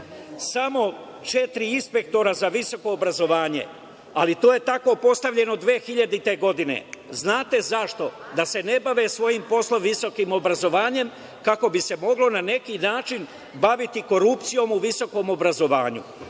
Samo četiri inspektora za visoko obrazovanje, ali to je tako postavljeno 2000. godine. Znate zašto? Da se ne bave svojim poslom, visokim obrazovanjem kako bi se moglo na neki način baviti korupcijom u visokom obrazovanju.U